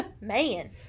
man